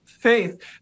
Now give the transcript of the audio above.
faith